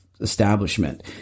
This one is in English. establishment